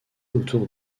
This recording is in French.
autour